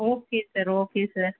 okay sir okay sir